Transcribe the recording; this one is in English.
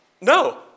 No